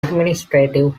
administrative